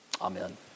Amen